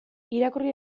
irakurri